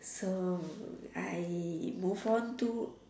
so I move on to